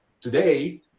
today